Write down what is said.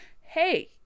hey